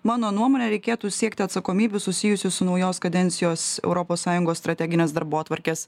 mano nuomone reikėtų siekti atsakomybių susijusių su naujos kadencijos europos sąjungos strateginės darbotvarkės